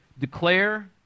declare